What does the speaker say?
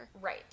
Right